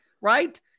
right